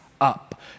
up